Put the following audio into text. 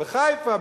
בחיפה,